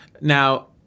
Now